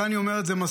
את זה אני אומר מספיק,